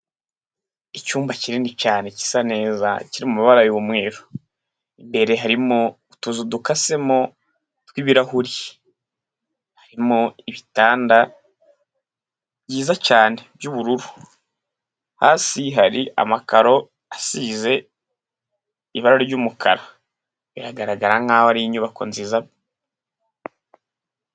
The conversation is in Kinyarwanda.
Icyumba kinini cyane gisa neza kiri mu mababara y'umweru, imbere harimo utuzu dukasemo tw'ibirahuri, harimo ibitanda byiza cyane by'ubururu, hasi hari amakaro asize ibara ry'umukara, biragaragara nk'aho ari inyubako nziza.